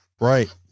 Right